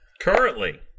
Currently